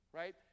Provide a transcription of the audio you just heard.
right